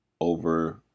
over